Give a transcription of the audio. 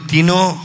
Tino